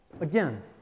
Again